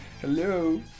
Hello